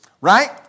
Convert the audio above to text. Right